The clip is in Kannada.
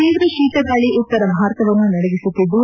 ತೀವ್ರ ಶೀತಗಾಳಿ ಉತ್ತರ ಭಾರತವನ್ನು ನಡುಗಿಸುತ್ತಿದ್ದು